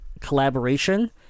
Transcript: collaboration